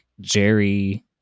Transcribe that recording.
Jerry